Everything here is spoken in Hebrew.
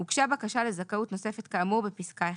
(2) הוגשה בקשה לזכאות נוספת כאמור בפסקה (1),